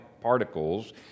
particles